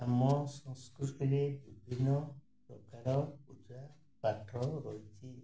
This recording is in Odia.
ଆମ ସଂସ୍କୃତିରେ ବିଭିନ୍ନ ପ୍ରକାର ପୂଜା ପାଠ ରହିଛି